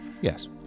Yes